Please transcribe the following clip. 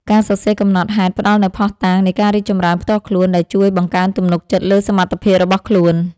ការសរសេរកំណត់ហេតុផ្ដល់នូវភស្តុតាងនៃការរីកចម្រើនផ្ទាល់ខ្លួន ដែលជួយបង្កើនទំនុកចិត្តលើសមត្ថភាពរបស់ខ្លួន។